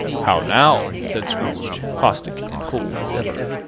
how now! said scrooge, caustic and cold as ever.